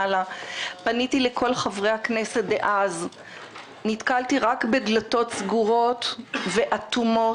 פניתי לכל חברי הכנסת דאז ונתקלתי בדלתות סגורות ואטומות.